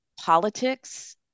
politics